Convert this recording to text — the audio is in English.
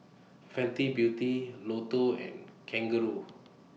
Fenty Beauty Lotto and Kangaroo